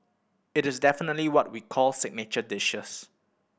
it is definitely what we call signature dishes